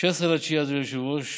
ב-16 בספטמבר,